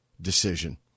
decision